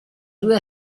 due